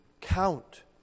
count